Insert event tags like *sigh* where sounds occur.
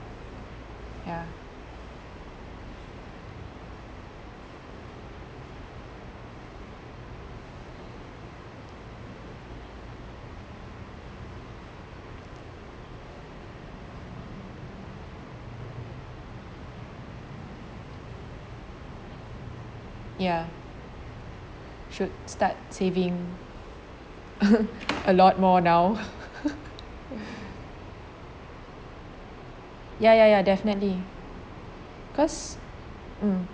ya ya should start saving *laughs* a lot more now *laughs* ya ya ya definitely cause mm